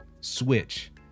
Switch